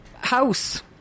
house